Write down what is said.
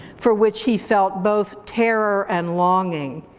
for which he felt both terror and longing.